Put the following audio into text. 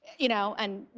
you know? and, you